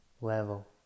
level